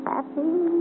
Happy